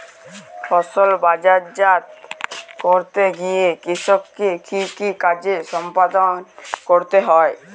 ফসল বাজারজাত করতে গিয়ে কৃষককে কি কি কাজ সম্পাদন করতে হয়?